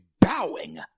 bowing